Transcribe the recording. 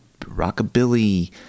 rockabilly